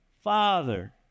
Father